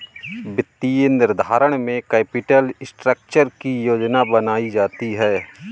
वित्तीय निर्धारण में कैपिटल स्ट्रक्चर की योजना बनायीं जाती है